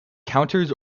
counters